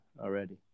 already